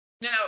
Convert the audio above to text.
Now